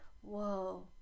whoa